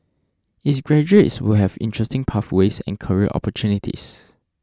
its graduates will have interesting pathways and career opportunities